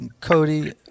Cody